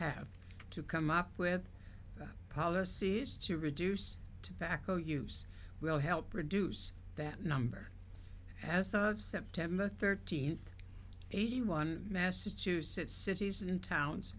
have to come up with policies to reduce tobacco use will help reduce that number as of september thirteenth eighty one massachusetts cities and towns